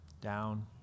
down